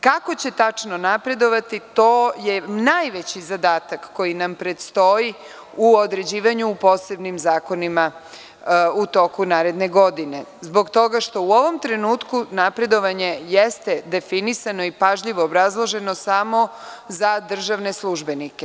Kako će tačno napredovati, to je najveći zadatak koji nam predstoji u određivanju u posebnim zakonima u toku naredne godine, zbog toga što u ovom trenutku napredovanje jeste definisano i pažljivo obrazloženo samo za državne službenike.